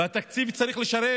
והתקציב צריך לשרת